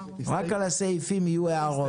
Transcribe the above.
רק על הסעיפים יהיו הערות.